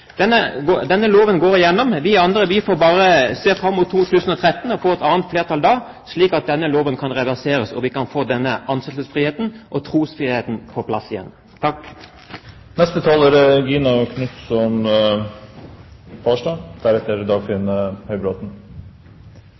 Denne loven går igjennom. Vi andre får bare se fram mot 2013 og få et annet flertall da, slik at denne loven kan reverseres og vi kan få ansettelsesfriheten og trosfriheten på plass igjen.